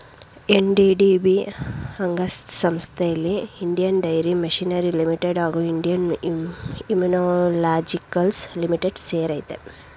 NDDB ಅಂಗಸಂಸ್ಥೆಲಿ Indian Dairy Machinery Limited ಹಾಗೂ Indian Immunologicals Limited ಸೇರಯ್ತೆ